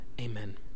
Amen